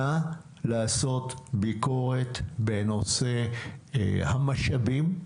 הבקשה שלי היא - נא לעשות ביקורת בנושא המשאבים,